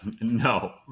no